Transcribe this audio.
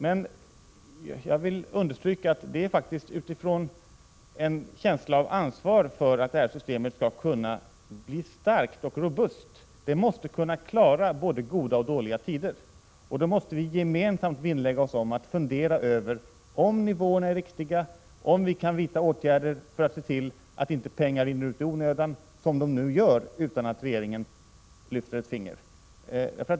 Men jag vill understryka att vår utgångspunkt varit en känsla av ansvar för att detta system skall bli starkt och robust. Det måste kunna klara både goda och dåliga tider. Vi måste då gemensamt vinnlägga oss om att fundera över om nivåerna är riktiga och om vi kan vidta åtgärder för att se till att pengar inte rinner ut i onödan, såsom nu är fallet, utan att regeringen lyfter ett finger.